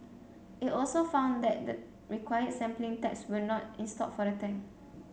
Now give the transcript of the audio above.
it also found that the required sampling taps were not installed for the tank